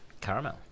Caramel